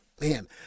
man